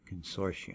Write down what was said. Consortium